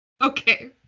okay